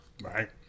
Right